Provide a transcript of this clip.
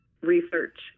research